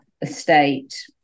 estate